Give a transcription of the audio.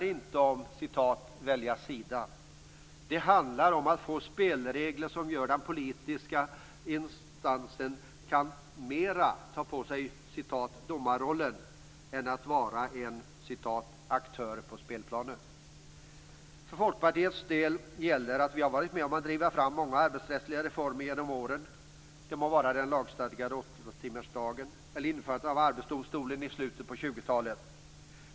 Det handlar om att få till stånd spelregler som gör att den politiska instansen mera kan ta på sig "domarrollen" än vara en "aktör på spelplanen". För Folkpartiets del gäller att vi har varit med om att driva fram många arbetsrättsliga reformer genom åren. Det må vara den lagstadgade åttatimmarsdagen eller införandet av Arbetsdomstolen i slutet på 20 talet.